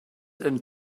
and